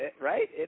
right